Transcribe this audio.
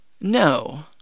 no